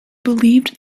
believed